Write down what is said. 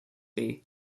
bay